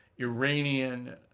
Iranian